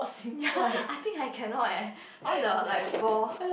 ya I think I cannot eh all the like ball